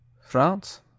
France